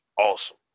awesome